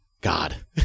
god